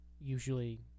usually